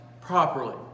properly